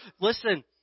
Listen